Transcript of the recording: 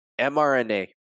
MRNA